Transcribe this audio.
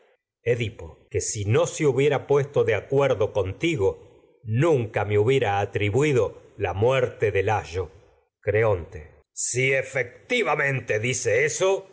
ca que si no se hubiera puesto de acuerdo con tigo nunca me hubiera atribuido la muerte creonte de layo sabes si efectivamente dice eso